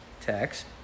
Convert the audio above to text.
text